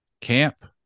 camp